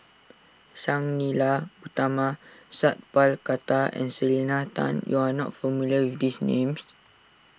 Sang Nila Utama Sat Pal Khattar and Selena Tan you are not familiar with these names